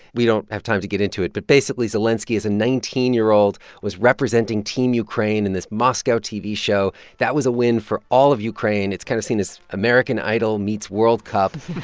we don't have time to get into it. but basically, zelenskiy, as a nineteen year old, was representing team ukraine in this moscow tv show. that was a win for all of ukraine. it's kind of seen as american idol meets world cup